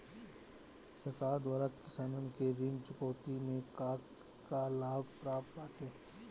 सरकार द्वारा किसानन के ऋण चुकौती में का का लाभ प्राप्त बाटे?